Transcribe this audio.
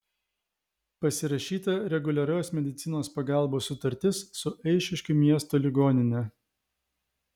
pasirašyta reguliarios medicinos pagalbos sutartis su eišiškių miesto ligonine